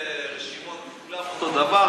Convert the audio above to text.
ויהיו רשימות וכולם אותו דבר,